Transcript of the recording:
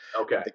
Okay